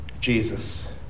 Jesus